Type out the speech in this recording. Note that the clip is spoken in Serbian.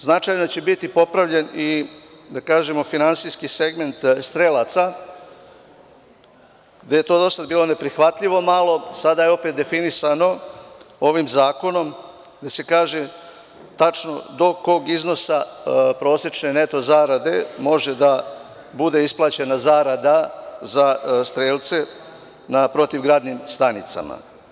Takođe, značajno će biti popravljen i finansijski segment strelaca, što do sada bilo neprihvatljivo, a sada je opet definisano ovim zakonom, gde se kaže tačno do kog iznosa prosečne neto zarade može da bude isplaćena zarada za strelce na protivgradnim stanicama.